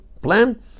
plan